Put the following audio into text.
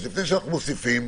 אז לפני שאנחנו מוסיפים,